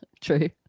True